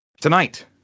Tonight